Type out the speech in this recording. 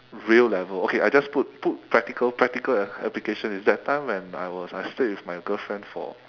real level okay I just put put practical practical application is that time when I was I stayed with my girlfriend for